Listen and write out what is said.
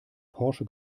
porsche